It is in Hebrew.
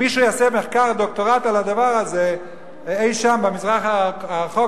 אם מישהו יעשה דוקטורט על הדבר הזה אי שם במזרח הרחוק,